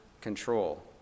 control